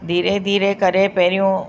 धीरे धीरे करे पहिरियूं